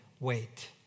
Wait